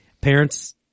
parents